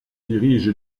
dirige